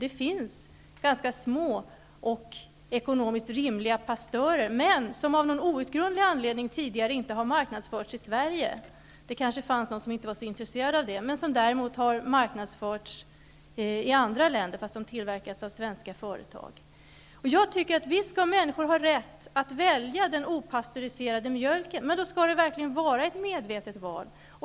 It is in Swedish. Det finns ganska små och ekonomiskt rimliga pastörer som av någon outgrundlig anledning inte tidigare har marknadsförts i Sverige -- det kanske fanns de som inte var så intresserade av det -- men som däremot har marknadsförts i andra länder fast de tillverkas av svenska företag. Visst skall människor ha rätt att välja den opastöriserade mjölken. Men då skall det verkligen vara ett medvetet val.